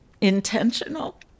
Intentional